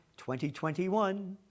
2021